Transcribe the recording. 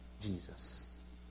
Jesus